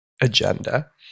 agenda